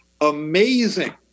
amazing